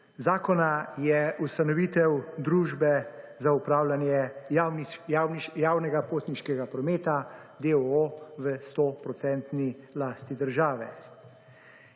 zakona je ustanovitev Družbe za upravljanje javnega potniškega prometa d. o. o. v 100 % lasti države.